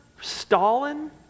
Stalin